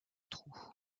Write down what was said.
trou